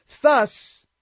Thus